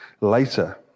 later